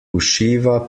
usciva